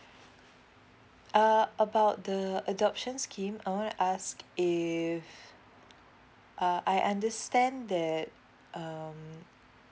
uh about the adoption scheme I want to ask if uh I understand that um